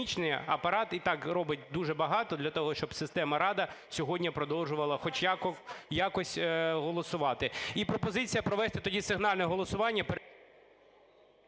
Дякую,